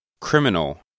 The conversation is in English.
criminal